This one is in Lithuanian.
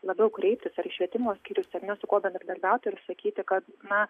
labiau kreiptis ar į švietimo skyrius ar ne su kuo bendradarbiauti ir sakyti kad na